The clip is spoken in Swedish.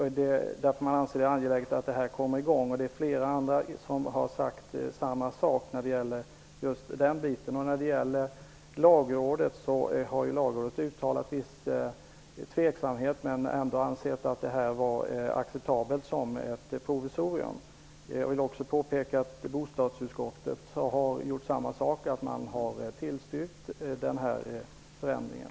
Man anser det angeläget att verksamheten kommer i gång. Flera andra har sagt samma sak när det gäller just den biten. Lagrådet har uttalat viss tveksamhet men ändå ansett att det skulle vara acceptabelt som ett provisorium. Jag vill också påpeka att bostadsutskottet har gjort samma sak och tillstyrkt förändringen.